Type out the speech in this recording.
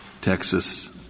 Texas